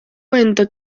wenda